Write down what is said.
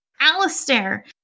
Alistair